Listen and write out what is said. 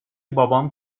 بابام